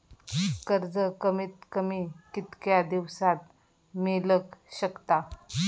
कर्ज कमीत कमी कितक्या दिवसात मेलक शकता?